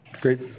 Great